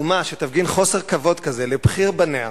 אומה שתפגין חוסר כבוד כזה לבכיר בניה,